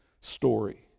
story